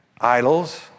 Idols